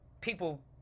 people